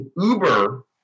Uber